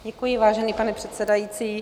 Děkuji, vážený pane předsedající.